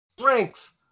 strength